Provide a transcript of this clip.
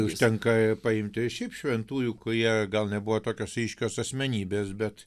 užtenka paimt ir šiaip šventųjų kurie gal nebuvo tokios ryškios asmenybės bet